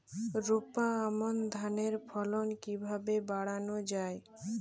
রোপা আমন ধানের ফলন কিভাবে বাড়ানো যায়?